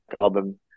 album